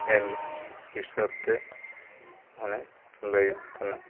ᱮᱢ ᱦᱤᱥᱟᱹᱵᱛᱮ ᱢᱟᱱᱮ ᱞᱟᱹᱭᱚᱜ ᱠᱟᱱᱟ